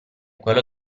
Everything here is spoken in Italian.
quello